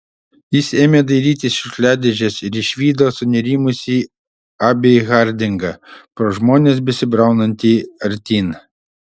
jis ėmė dairytis šiukšliadėžės ir išvydo sunerimusį abį hardingą pro žmones besibraunantį artyn